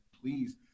please